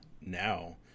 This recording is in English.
now